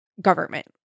government